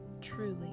Truly